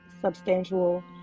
substantial